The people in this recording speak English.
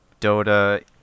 Dota